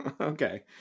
Okay